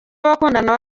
w’abakundana